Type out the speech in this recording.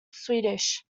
swedish